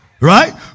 right